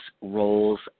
roles